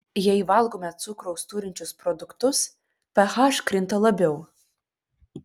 jei valgome cukraus turinčius produktus ph krinta labiau